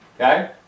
Okay